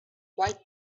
quite